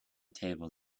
table